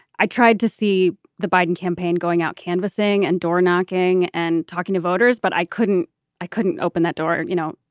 i tried to see the biden campaign going out, canvassing and doorknocking and talking to voters. but i couldn't i couldn't open that door, you know.